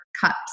cups